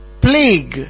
plague